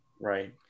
right